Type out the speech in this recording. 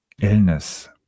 illness